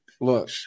Look